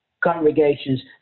congregations